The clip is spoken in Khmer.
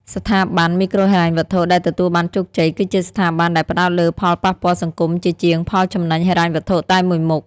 ស្ថាប័នមីក្រូហិរញ្ញវត្ថុដែលទទួលបានជោគជ័យ គឺជាស្ថាប័នដែលផ្ដោតលើផលប៉ះពាល់សង្គមជាជាងផលចំណេញហិរញ្ញវត្ថុតែមួយមុខ។